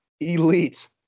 Elite